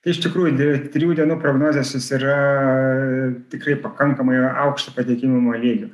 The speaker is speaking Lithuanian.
tai iš tikrųjų dvi trijų dienų prognozės jos yra tikrai pakankamai aukšto patikimumo lygio